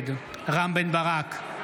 נגד רם בן ברק,